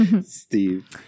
Steve